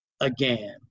again